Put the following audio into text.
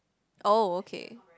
oh okay